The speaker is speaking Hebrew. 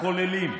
הכוללים,